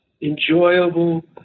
enjoyable